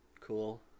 Cool